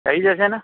થઇ જશે ને